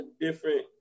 different